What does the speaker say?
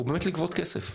זה לגבות כסף.